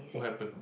what happen